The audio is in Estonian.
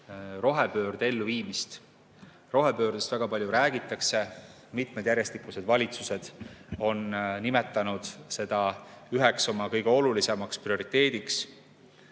rohepöörde elluviimist. Rohepöördest väga palju räägitakse, mitmed järjestikused valitsused on nimetanud seda üheks oma kõige olulisemaks teemaks,